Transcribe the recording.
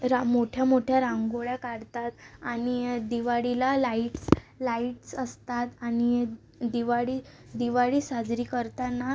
रा मोठ्या मोठ्या रांगोळ्या काढतात आणि दिवाळीला लाईट्स लाईट्स असतात आणि दिवाळी दिवाळी साजरी करताना